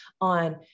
on